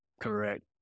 Correct